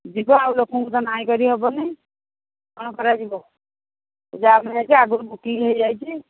ଯିବ ଆଉ ଲୋକଙ୍କୁ ତ ନାଇଁ କରିହବନି କ'ଣ କରାଯିବ ଯାଇକି ଆଗରୁ ବୁକିଂ ହୋଇଯାଇଛି